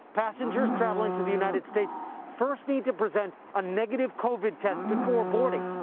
passengers traveling to the united states first need to present a negative covid test before boarding.